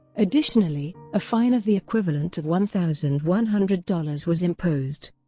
additionally, a fine of the equivalent of one thousand one hundred dollars was imposed.